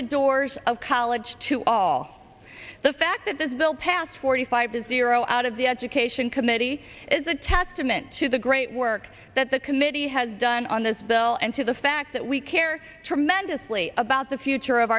the doors of college to all the fact that this bill passed forty five to zero out of the education committee is a testament to the great work that the committee has done on this bill and to the fact that we care tremendously about the future of